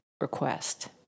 request